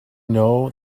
know